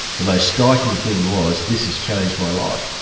the most striking thing was, this has changed my life,